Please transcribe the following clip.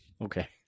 Okay